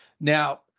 Now